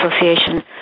Association